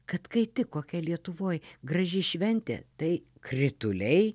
kad kai tik kokia lietuvoj graži šventė tai krituliai